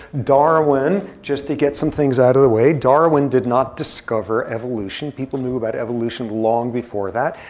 darwin, just to get some things out of the way. darwin did not discover evolution. people knew about evolution long before that.